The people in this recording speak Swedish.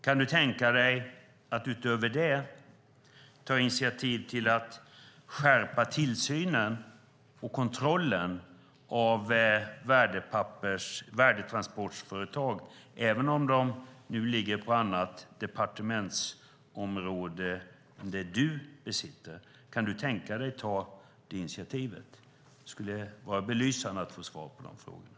Kan du tänka dig att utöver det ta initiativ till att skärpa tillsynen och kontrollen av värdetransportföretag även om de ju ligger på annat departementsområde än det du besitter? Kan du tänka dig att ta det initiativet? Det skulle vara belysande att få svar på de frågorna.